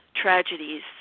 tragedies